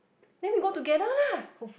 then we go together lah